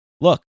look